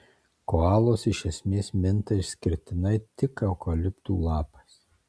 koalos iš esmės minta išskirtinai tik eukaliptų lapais